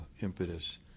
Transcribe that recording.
impetus